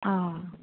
آ